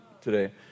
today